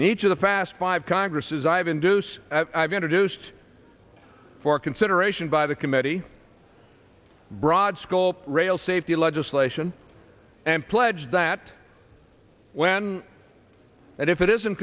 and each of the fast five congresses i have induced i've introduced for consideration by the committee broad scope rail safety legislation and pledge that when and if it isn't